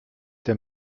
der